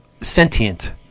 sentient